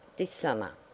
this summer.